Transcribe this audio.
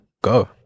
go